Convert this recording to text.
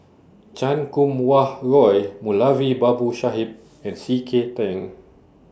Chan Kum Wah Roy Moulavi Babu Sahib and C K Tang